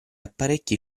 apparecchi